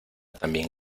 también